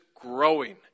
growing